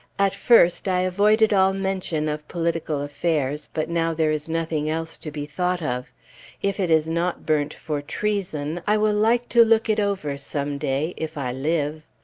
at first, i avoided all mention of political affairs, but now there is nothing else to be thought of if it is not burnt for treason, i will like to look it over some day if i live.